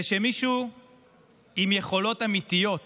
שמישהו עם יכולות אמיתיות